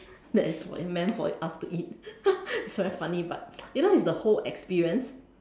that is meant for us to eat it's very funny but you know it's the whole experience